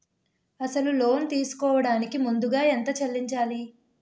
అసలు లోన్ తీసుకోడానికి ముందుగా ఎంత చెల్లించాలి?